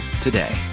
today